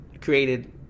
created